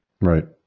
right